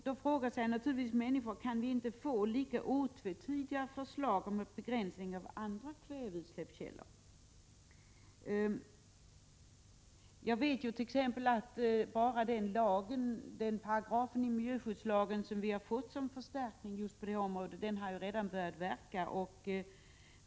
Då frågar sig naturligtvis människor: Kan vi inte få lika otvetydiga förslag om begränsning av andra kväveutsläppskällor? Jag vet att just den paragraf i miljöskyddslagen som vi har fått som förstärkning på detta område redan har börjat verka.